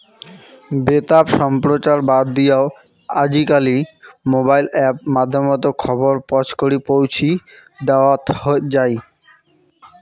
বেতার সম্প্রচার বাদ দিয়াও আজিকালি মোবাইল অ্যাপ মাধ্যমত খবর পছকরি পৌঁছি দ্যাওয়াৎ যাই